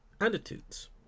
attitudes